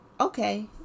okay